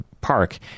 park